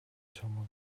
чамайг